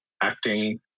acting